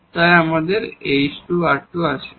তাই আমাদের h2r2 আছে